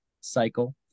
cycle